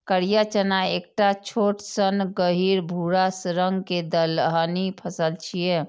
करिया चना एकटा छोट सन गहींर भूरा रंग के दलहनी फसल छियै